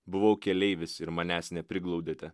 buvau keleivis ir manęs nepriglaudėte